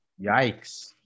Yikes